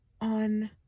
on